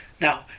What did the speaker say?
Now